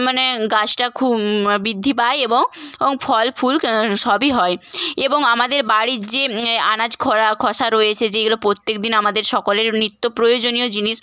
মানে গাছটা খু বৃদ্ধি পায় এবং অং ফল ফুল ক্ সবই হয় এবং আমাদের বাড়ির যে আনাজ খরা খোসা রয়েছে যেগুলো প্রত্যেক দিন আমাদের সকলের নিত্য প্রয়োজনীয় জিনিস